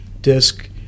disc